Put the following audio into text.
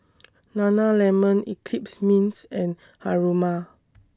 Nana Lemon Eclipse Mints and Haruma